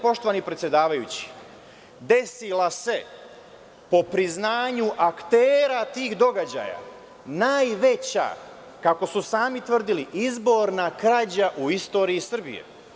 Poštovani predsedavajući, 1996. godine desila se, po priznanju aktera tih događaja, najveća, kako su sami tvrdili, izborna krađa u istoriji Srbije.